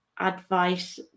advice